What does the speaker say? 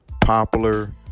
popular